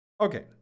Okay